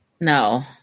No